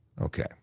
Okay